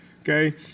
Okay